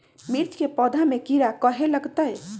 मिर्च के पौधा में किरा कहे लगतहै?